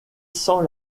sans